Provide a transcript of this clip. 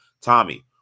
Tommy